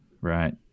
right